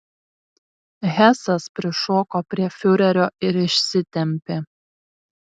hesas prišoko prie fiurerio ir išsitempė